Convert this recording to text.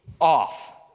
off